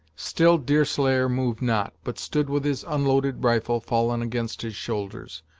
still deerslayer moved not, but stood with his unloaded rifle fallen against his shoulders,